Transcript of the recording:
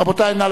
רבותי, נא